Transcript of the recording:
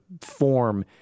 form